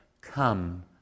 Come